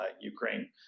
Ukraine